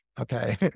okay